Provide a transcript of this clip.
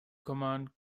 command